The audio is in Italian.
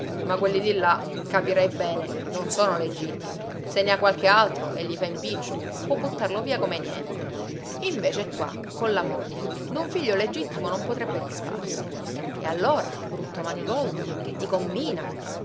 ma quelli di là capirai bene non sono legittimi se ne ha qualche altro e gli fa impiccio può buttarlo via come niente invece qua con la moglie d'un figlio legittimo non potrebbe disfarsi e allora brutto manigoldo che ti combina